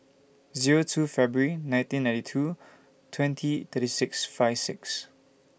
Zero two Febrary nineteen ninety two twenty thirty six five six